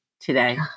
today